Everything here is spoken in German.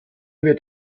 wird